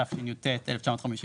התשי"ט-1959,